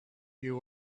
you